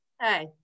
Hi